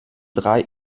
drei